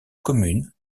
commune